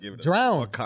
Drown